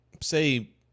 say